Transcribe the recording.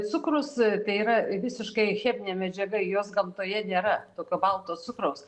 cukrus tai yra visiškai cheminė medžiaga jos gamtoje nėra tokio balto cukraus